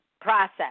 process